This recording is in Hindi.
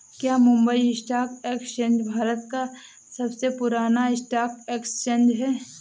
क्या मुंबई स्टॉक एक्सचेंज भारत का सबसे पुराना स्टॉक एक्सचेंज है?